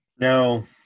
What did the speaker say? No